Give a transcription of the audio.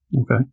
Okay